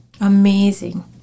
Amazing